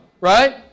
Right